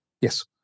Yes